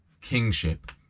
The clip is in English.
kingship